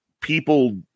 people